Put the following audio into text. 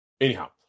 Anyhow